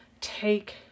take